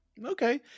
Okay